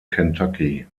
kentucky